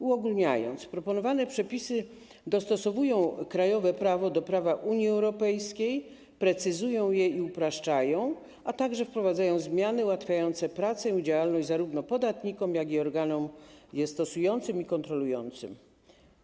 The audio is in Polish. Uogólniając, proponowane przepisy dostosowują krajowe prawo do prawa Unii Europejskiej, precyzują je i upraszczają, a także wprowadzają zmiany ułatwiające pracę i działalność zarówno podatnikom, jak i organom stosującym przepisy i kontrolującym ich stosowanie.